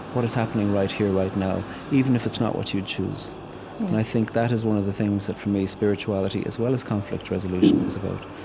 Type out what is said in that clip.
what is happening right here, right now? even if it's not what you'd choose and i think that is one of the things that, for me, spirituality as well as conflict resolution is about.